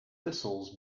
thistles